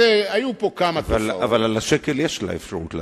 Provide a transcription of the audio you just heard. אבל על השקל יש לה אפשרות להשפיע.